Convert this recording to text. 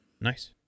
nice